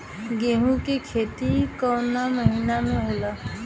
गेहूँ के खेती कवना महीना में होला?